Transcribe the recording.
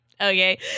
Okay